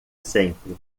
sempre